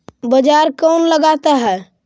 बाजार कौन लगाता है?